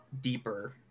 Deeper